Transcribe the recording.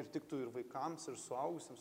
ir tiktų ir vaikams ir suaugusiems